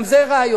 גם זה רעיון.